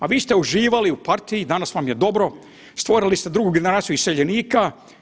A vi ste uživali u partiji, danas vam je dobro, stvorili ste drugu generaciju iseljenika.